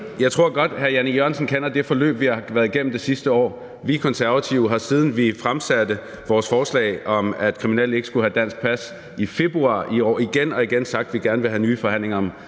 Jeg tror godt, hr. Jan E. Jørgensen kender det forløb, vi har været igennem det sidste år. Vi Konservative har, siden vi fremsatte vores forslag om, at kriminelle ikke skulle have dansk pas, i februar i år, igen og igen sagt, at vi gerne vil have nye forhandlinger om